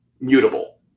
mutable